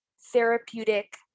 therapeutic